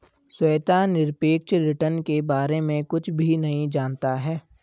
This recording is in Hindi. श्वेता निरपेक्ष रिटर्न के बारे में कुछ भी नहीं जनता है